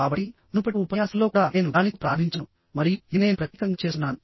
కాబట్టి మునుపటి ఉపన్యాసంలో కూడా నేను దానితో ప్రారంభించాను మరియు ఇది నేను ప్రత్యేకంగా చేస్తున్నాను